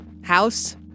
house